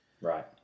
Right